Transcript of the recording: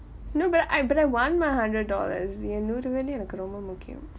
no but I I but I want my hundred dollars என் நூறு வெள்ளி எனக்கு ரொம்ப முக்கியம்:en nooru velli enakku romba mukkiyam